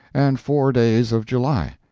and four days of july.